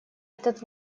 этот